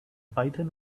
python